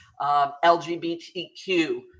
LGBTQ